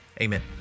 Amen